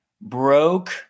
broke